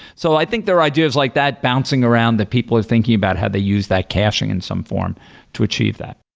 so i think there are ideas like that bouncing around that people are thinking about how they use that caching in some form to achieve that